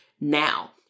now